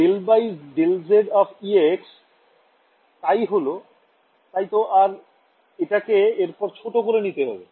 del by del z of e x তাই তো আর এটাকে এরপর ছোট করে নিতে হবে